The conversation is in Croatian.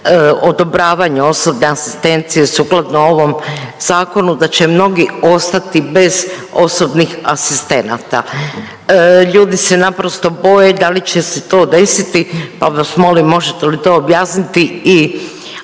odobravanju osobne asistencije sukladno ovom zakonu da će mnogi ostati bez osobnih asistenata. Ljudi se naprosto boje da li će se to desiti, pa vas molim možete li to objasniti i